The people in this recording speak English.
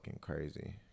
crazy